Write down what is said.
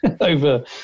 over